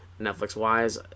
Netflix-wise